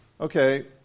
Okay